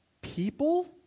people